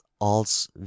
als